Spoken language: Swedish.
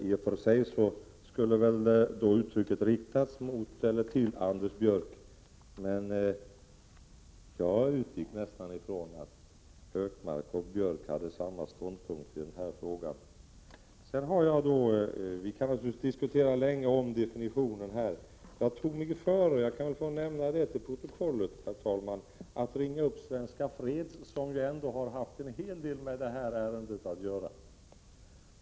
I och för sig skulle väl mitt uttalande ha riktats till Anders Björck, men jag utgick ifrån att Hökmark och Björck har samma uppfattning i denna fråga. Vi kan naturligtvis länge diskutera om definitionen. Jag kan väl få nämna till protokollet att jag tog mig före att ringa upp Svenska Freds, som ändå haft en hel del med detta ärende att göra.